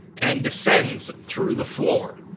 and descends through the floor.